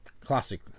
Classic